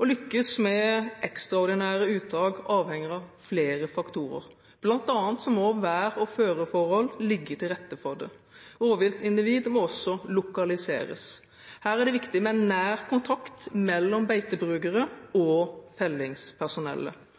Å lykkes med ekstraordinære uttak avhenger av flere faktorer. Blant annet må vær- og føreforhold ligge til rette for det. Rovviltindivid må også lokaliseres. Her er det viktig med nær kontakt mellom beitebrukere og fellingspersonellet.